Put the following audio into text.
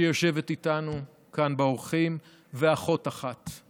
שיושבת איתנו כאן, באורחים, ואחות אחת.